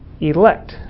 elect